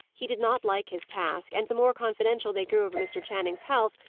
he did not like his task, and the more confidential they grew over mr. channing's health,